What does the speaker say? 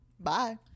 Bye